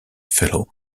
fellow